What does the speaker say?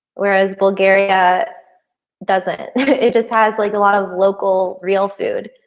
whereas bulgaria doesn't it. it just has like a lot of local real food?